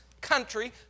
country